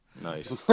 Nice